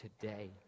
today